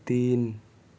تین